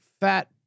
fat